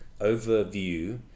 overview